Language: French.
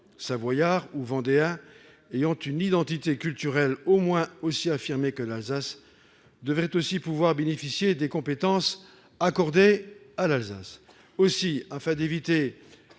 savoyards ou vendéens, ayant une identité culturelle au moins aussi affirmée que celle de l'Alsace, devaient aussi pouvoir bénéficier des compétences qui lui sont accordées. Aussi, afin d'éviter